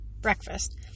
breakfast